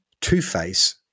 Two-Face